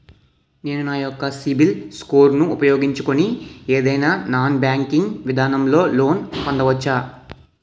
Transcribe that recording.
నేను నా యెక్క సిబిల్ స్కోర్ ను ఉపయోగించుకుని ఏదైనా నాన్ బ్యాంకింగ్ విధానం లొ లోన్ పొందవచ్చా?